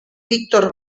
víctor